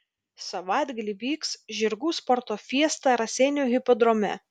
savaitgalį vyks žirgų sporto fiesta raseinių hipodrome